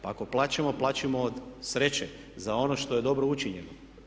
Pa ako plačemo plačimo od sreće za ono što je dobro učinjeno.